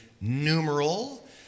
numeral